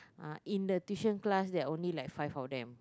uh in the tuition class there are only like five of them